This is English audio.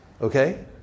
Okay